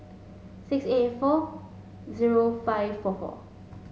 six eight eight four zero five four four